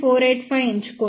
485 ఎంచుకోండి